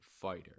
fighter